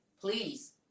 Please